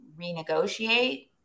renegotiate